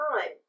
time